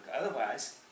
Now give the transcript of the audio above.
Otherwise